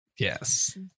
Yes